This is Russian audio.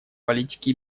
политики